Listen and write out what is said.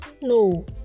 no